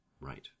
Right